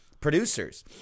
Producers